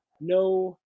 no